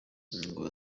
ngo